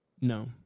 No